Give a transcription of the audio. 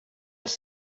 els